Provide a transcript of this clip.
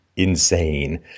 insane